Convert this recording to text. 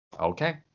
Okay